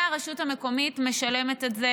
והרשות המקומית משלמת את זה